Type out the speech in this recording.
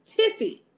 Tiffy